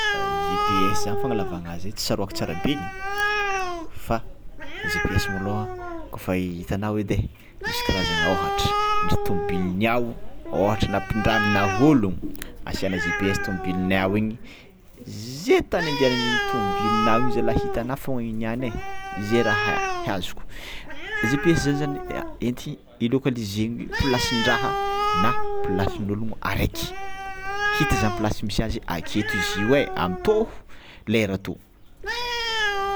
GPS fangalavagna azy tsy tsaroako tsara be ny fa GPS môlô kôfa itanao edy e misy karazagny ôhatra tômôbilinao ohatra nampindraminao ologno asiana GPS tomôbilinao ze tany andeanan'igny tômôbilinao igny zalah hitanao fogna igny niany zay raha azoko, GPS zany zany de enty hilocalizena plasindraha na plasin'ologno araiky hita izany plasy misy azy aketo izy io amy tô le raha tô.